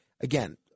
Again